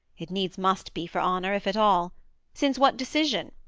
it needs must be for honour if at all since, what decision?